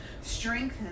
strengthen